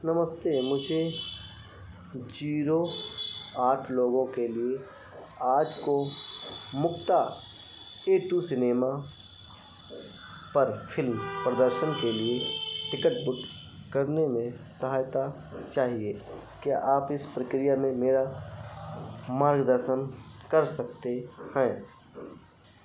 नमस्ते मुझे जीरो आठ लोगों के लिए आज को मुक्त ए टू सिनेमा पर फ़िल्म प्रदर्शन के लिए टिकट बुक करने में सहायता चाहिए क्या आप इस प्रक्रिया में मेरा मार्गदर्शन कर सकते हैं